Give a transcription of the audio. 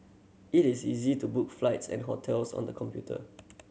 it is easy to book flights and hotels on the computer